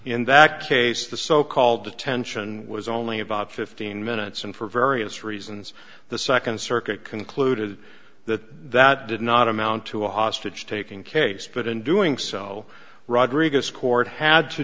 in that case the so called detention was only about fifteen minutes and for various reasons the second circuit concluded that that did not amount to a hostage taking case but in doing so rodriguez court had to